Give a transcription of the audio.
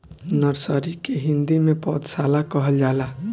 nursery के हिंदी में पौधशाला कहल जाला